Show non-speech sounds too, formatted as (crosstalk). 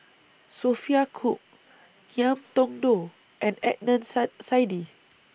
Sophia Cooke Ngiam Tong Dow and Adnan (unintelligible) Saidi